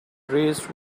raised